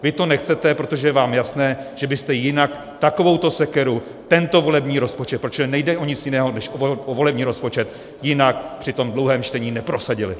Vy to nechcete, protože je vám jasné, že byste jinak takovouto sekeru, tento volební rozpočet, protože nejde o nic jiného než o volební rozpočet, jinak při tom dlouhém čtení neprosadili.